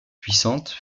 puissante